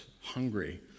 hungry